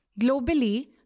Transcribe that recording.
Globally